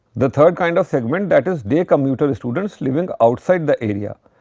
the third kind of segment, that is day commuter students living outside the area.